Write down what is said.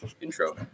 intro